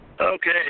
Okay